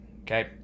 Okay